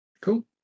Cool